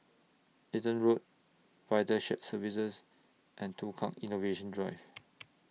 Eaton Walk Vital Shared Services and Tukang Innovation Drive